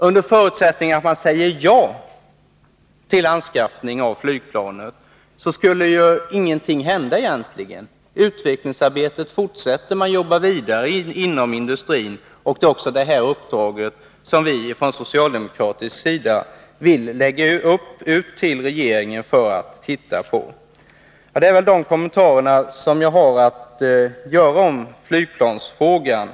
Under förutsättning att man säger ja till anskaffning av flygplanet kommer egentligen ingenting nytt att hända. Utvecklingsarbetet fortsätter, man jobbar vidare inom industrin — och man arbetar även med det uppdrag som vi från socialdemokratisk sida vill ge regeringen. Det är dessa kommentarer som jag har att göra om flygplansfrågan.